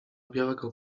białego